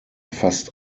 fast